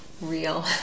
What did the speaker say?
real